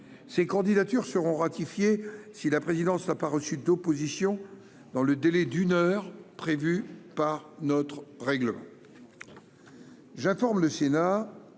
Ces candidatures seront ratifiées si la présidence n'a pas reçu d'opposition dans le délai d'une heure prévu par notre règlement.